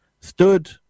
stood